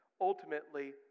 ultimately